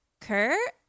kurt